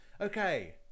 Okay